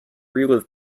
relive